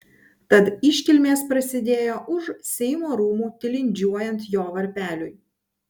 tad iškilmės prasidėjo už seimo rūmų tilindžiuojant jo varpeliui